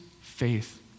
faith